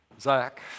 Zach